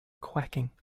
quacking